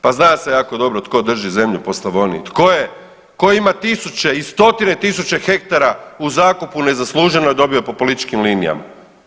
Pa zna se jako dobro tko drži zemlju po Slavoniji, tko je, tko ima tisuće i stotine tisuća hektara u zakupu nezasluženo je dobio po političkim linijama.